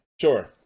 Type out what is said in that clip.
Sure